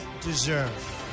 deserve